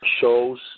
shows